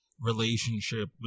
relationship